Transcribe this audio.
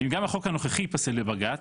אם גם החוק הנוכחי ייפסל בבג"צ,